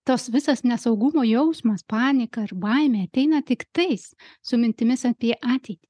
tas visas nesaugumo jausmas panika ar baimė ateina tiktais su mintimis apie ateitį